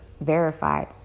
verified